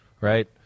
right